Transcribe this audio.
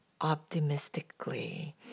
optimistically